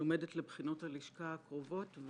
ולומדת לבחינת הלשכה הקרובות.